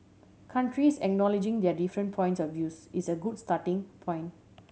countries acknowledging their different points of views is a good starting point